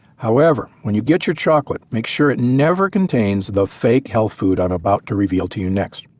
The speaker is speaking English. however, when you get your chocolate make sure it never contains the fake health food i'm about to reveal to you next.